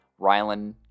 Rylan